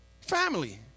Family